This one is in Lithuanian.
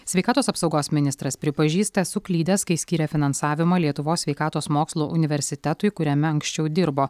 sveikatos apsaugos ministras pripažįsta suklydęs kai skyrė finansavimą lietuvos sveikatos mokslo universitetui kuriame anksčiau dirbo